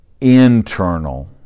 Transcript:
internal